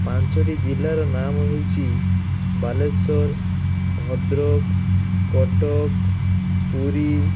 ପାଞ୍ଚଟି ଜିଲ୍ଲାର ନାମ ହେଉଛି ବାଲେଶ୍ଵର ଭଦ୍ରକ କଟକ ପୁରୀ